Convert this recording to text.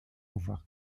pouvoir